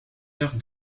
york